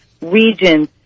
regions